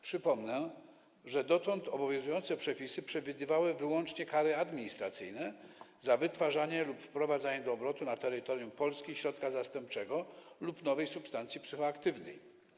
Przypomnę, że dotąd obowiązujące przepisy przewidywały wyłącznie kary administracyjne za wytwarzanie lub wprowadzanie do obrotu na terytorium Polski środka zastępczego lub nowej substancji psychoaktywnej.